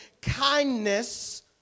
kindness